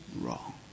wrong